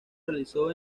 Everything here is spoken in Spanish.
realizó